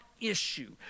issue